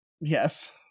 yes